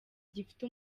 gifite